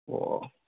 ꯑꯣ